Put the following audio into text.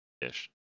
ish